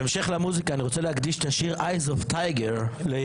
בהמשך למוזיקה אני רוצה להקדיש את השיר Eyes Of The Tiger ליאיר